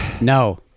No